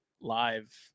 live